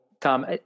Tom